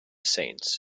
saints